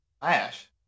Flash